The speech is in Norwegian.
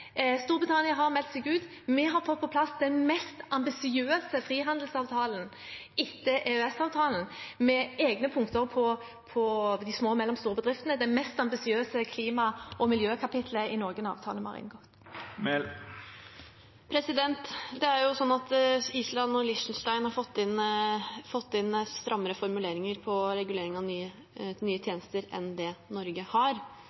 Storbritannia har meldt seg ut. Vi har fått på plass den mest ambisiøse frihandelsavtalen etter EØS-avtalen, med egne punkter om de små og mellomstore bedriftene og med det mest ambisiøse klima- og miljøkapittelet i noen avtale vi har inngått. Det er jo sånn at Island og Liechtenstein har fått inn strammere formuleringer for regulering av nye tjenester enn Norge har.